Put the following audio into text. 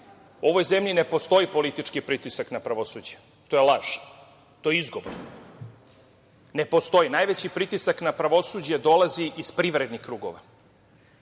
u ovoj zemlji ne postoji politički pritisak na pravosuđe. To je laž. To je izgovor. Ne postoji. Najveći pritisak na pravosuđe dolazi iz privrednih krugova.